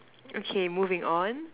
okay moving on